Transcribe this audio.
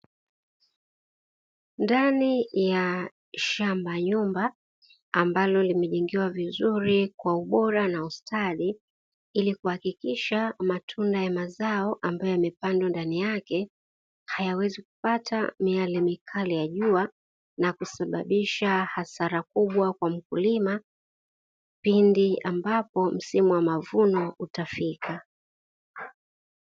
Ndani ya shamba nyumba ambalo limejengewa kwa ubora na ustadi ili kuhakikisha matunda ya mazao, ambayo yamepandwa ndani yake hayawezi kupata miale mikali ya jua na kusababisha hasara kubwa kwa mkulima pindi ambapo msimu wa mavuno utafika.